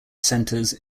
centers